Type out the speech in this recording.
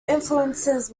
influences